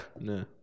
no